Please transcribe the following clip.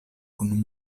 kun